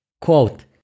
Quote